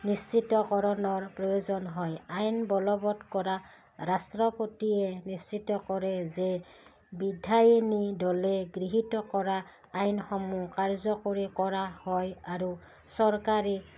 নিশ্চিতকৰণৰ প্ৰয়োজন হয় আইন বলবৎ কৰা ৰাষ্ট্ৰপতিয়ে নিশ্চিত কৰে যে বিধায়িনী দলে গৃহীত কৰা আইনসমূহ কাৰ্যকৰী কৰা হয় আৰু চৰকাৰী